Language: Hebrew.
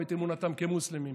את אמונתם כמוסלמים,